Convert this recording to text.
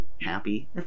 happy